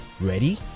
Ready